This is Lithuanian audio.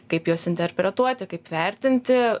kaip juos interpretuoti kaip vertinti